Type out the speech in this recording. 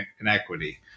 inequity